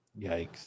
Yikes